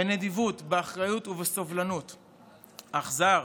בנדיבות, באחריות ובסובלנות, אכזר,